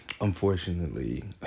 Unfortunately